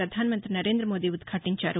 వ్వధానమంతి నరేంద్రమోదీ ఉద్ఘాటించారు